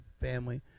family